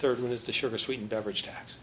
third one is the sugar sweetened beverage tax